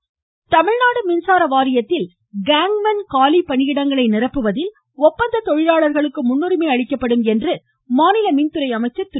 தங்கமணி தமிழ்நாடு மின்சார வாரியத்தில் கேங்மேன் காலி பணியிடங்களை நிரப்புவதில் ஒப்பந்த தொழிலாளர்களுக்கு முன்னுரிமை அளிக்கப்படும் என்று மாநில மின்துறை அமைச்சர் திரு